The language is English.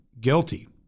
guilty